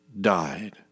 died